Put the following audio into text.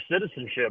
citizenship